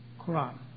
Quran